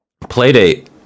Playdate